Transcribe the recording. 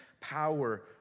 power